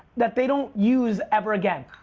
that they don't use ever again.